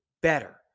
better